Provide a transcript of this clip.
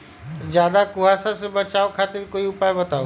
ज्यादा कुहासा से बचाव खातिर कोई उपाय बताऊ?